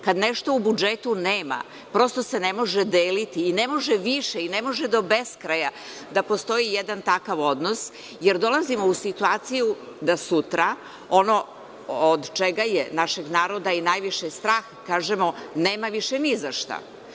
Kada nešto u budžetu nema, prosto se ne može deliti i ne može više i ne može do beskraja da postoji jedan takav odnos, jer dolazimo u situaciju da sutra ono od čega je našeg naroda i najviše strah kažemo – nema više ni za šta.